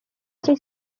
cye